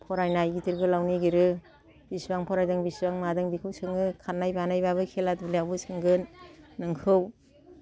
फरायनाय गिदिर गोलाव नागिरो बिसिबां फरायदों बिसिबां मादों बेखौ सोङो खारनाय बारनाय बाबो खेला दुलायावबो सोंगोन नोंखौ